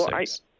six